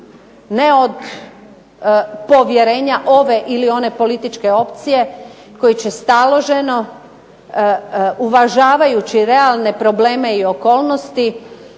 ne od povjerenje ove ili one političke opcije koji će staloženo, uvažavajući realne probleme i okolnosti,